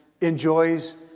enjoys